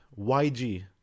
YG